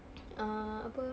err apa